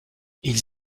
ils